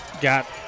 got